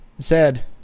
Zed